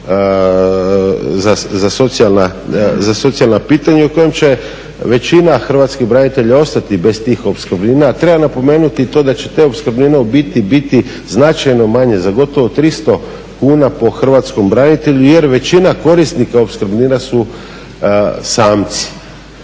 za socijalna pitanja u kojem će većina hrvatskih branitelja ostati bez tih opskrbnina. A treba napomenuti i to da će te opskrbnine u biti značajno manje za gotovo 300 kuna po hrvatskom branitelju jer većina korisnika opskrbnina su samci.